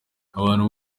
abantu